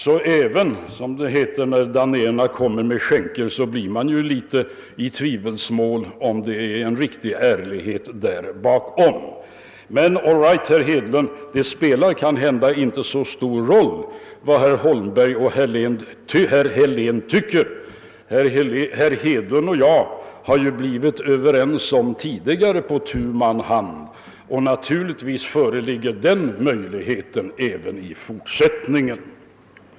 »Vad det än må vara, fruktar jag danaerna, även när de kommer med gåvor», heter det ju, och man tvivlar ibland på att det ligger ärlighet bakom. Men all right, herr Hedlund, det spelar kanske inte så stor roll vad herrar Holm berg och Helén tycker; herr Hedlund och jag har ju tidigare kommit överens på tu man hand, och den möjligheten föreligger väl även i fortsättningen.